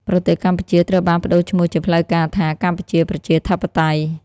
ប្រទេសកម្ពុជាត្រូវបាន ប្តូរឈ្មោះជាផ្លូវការថា កម្ពុជាប្រជាធិបតេយ្យ។